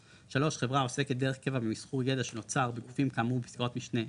חברה העוסקת דרך קבע במסחור ידע שנוצר בגופים כאמור בפסקאות משנה (1)